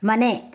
ಮನೆ